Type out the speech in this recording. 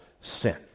sin